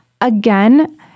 again